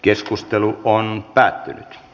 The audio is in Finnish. keskustelu päättyi